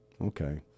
Okay